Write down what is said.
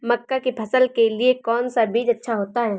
मक्का की फसल के लिए कौन सा बीज अच्छा होता है?